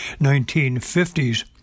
1950s